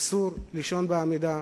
אסור לישון בעמידה.